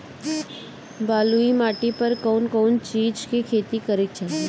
बलुई माटी पर कउन कउन चिज के खेती करे के चाही?